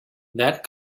that